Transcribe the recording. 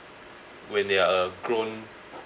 when they're a grown